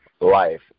life